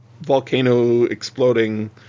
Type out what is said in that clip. volcano-exploding